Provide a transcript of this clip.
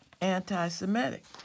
anti-Semitic